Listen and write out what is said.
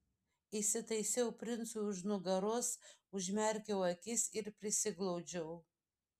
įsitaisiau princui už nugaros užmerkiau akis ir prisiglaudžiau